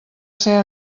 ser